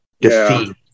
defeat